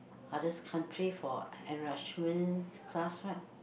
others country for enrichment class right